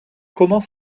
commence